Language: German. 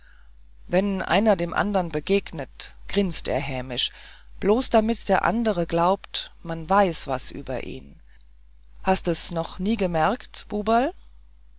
wenn einer dem anderen begegnet grinst er hämisch bloß damit der andere glaubt man weiß was über ihn hast d es noch nie